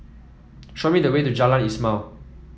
show me the way to Jalan Ismail